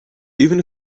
even